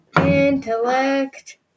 Intellect